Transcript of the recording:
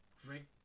drink